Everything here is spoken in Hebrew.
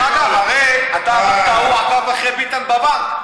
הרי אתה אמרת: ההוא עקב אחרי ביטן בבנק,